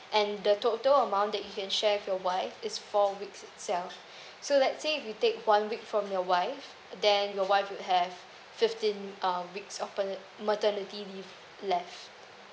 and the total amount that you can share with your wife is four weeks itself so let say if you take one week from your wife then your wife would have fifteen uh weeks of pat~ maternity leave left